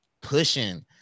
pushing